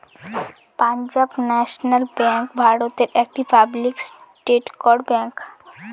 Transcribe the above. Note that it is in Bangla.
পাঞ্জাব ন্যাশনাল ব্যাঙ্ক ভারতের একটি পাবলিক সেক্টর ব্যাঙ্ক